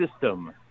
system